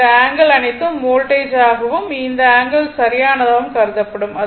இந்த ஆங்கிள் அனைத்தும் வோல்டேஜ் ஆகவும் இந்த ஆங்கிள் சரியானதாகவும் கருதப்பட வேண்டும்